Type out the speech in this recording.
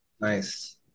Nice